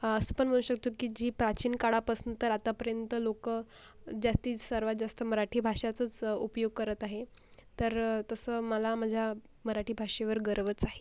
असं पण म्हणू शकतो की जी प्राचीन काळापासनं तर आतापर्यंत लोक जास्ती सर्वांत जास्त मराठी भाषाचाच उपयोग करत आहे तर तसं मला माझ्या मराठी भाषेवर गर्वच आहे